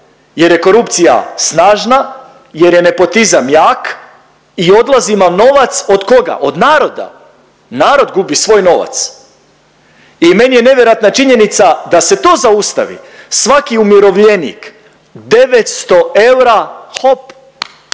jer je korupcija snažna, jer je nepotizam jak i odlazi vam novac, od koga, od naroda, narod gubi svoj novac i meni je nevjerojatna činjenica da se to zaustavi svaki umirovljenik 900 eura hop